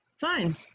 Fine